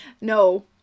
No